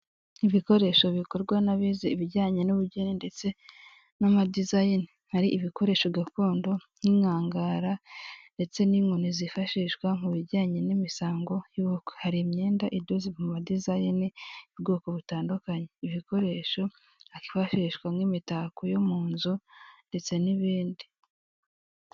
Ibikoresho bikorwa n'abize ibijyanye n'ubugeni ndetse n'ama dizane, hari ibikoresho gakondo nk'inkangara ndetse n'inkoni zifashishwa mu bijyanye n'imisango y'ubukwe hari imyenda idoze mu madizayini ubwoko butandukanye ibikoresho byakifashishwa nk'imitako yo mu nzu ndetse n'ibindi.